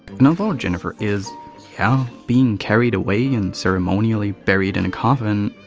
and although jennifer is yeah being carried away and ceremonially buried in a coffin,